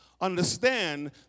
Understand